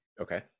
Okay